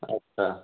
ଆଚ୍ଛା